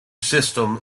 system